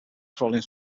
crawling